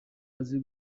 azi